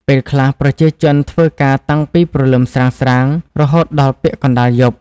ពេលខ្លះប្រជាជនធ្វើការតាំងពីព្រលឹមស្រាងៗរហូតដល់ពាក់កណ្ដាលយប់។